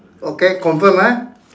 okay confirm ah